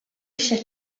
eisiau